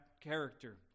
character